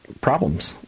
problems